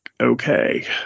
okay